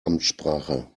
amtssprache